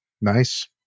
nice